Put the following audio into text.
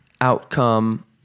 outcome